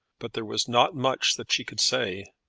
but there was not much that she could say.